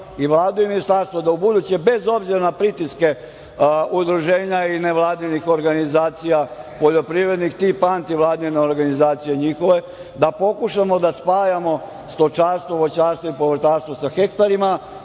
i Vladu i ministarstvo da ubuduće bez obzira na pritiske udruženja i nevladinih organizacija, poljoprivrednih, tipa antivladine organizacije, da pokušamo da spajamo stočarstvo, voćarstvo i povrtarstvo sa hektarima,